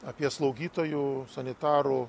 apie slaugytojų sanitarų